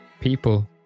people